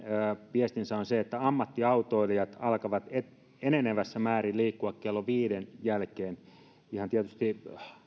viestinsä on se että ammattiautoilijat alkavat enenevässä määrin liikkua kello viiden jälkeen ihan tietysti